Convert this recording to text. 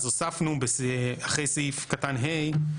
אז הוספנו אחרי סעיף קטן (ה),